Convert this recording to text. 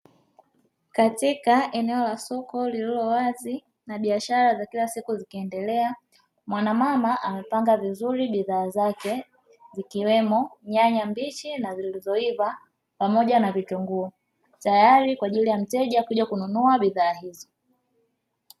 Katika eneo la soko lililowazi na biashara za kila siku zikiendelea mwanamama amepanga vizuri bidhaa zake zikiwemo nyanya mbichi na zilizoiva pamoja na vitunguu tayari kwa ajili ya mteja kuja kununua bidhaa hizo.